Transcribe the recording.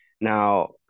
Now